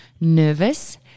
nervous